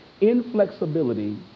Inflexibility